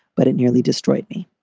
but it nearly destroyed me.